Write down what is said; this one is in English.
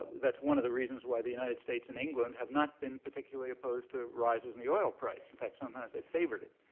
that's one of the reasons why the united states and england have not been particularly opposed to rises in the oil price. in fact, sometimes they've favored it.